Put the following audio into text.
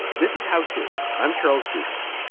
this is how to i'm charles duhok